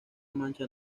mancha